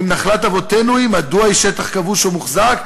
אם נחלת אבותינו היא, מדוע היא שטח כבוש ומוחזק?